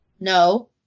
No